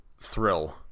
thrill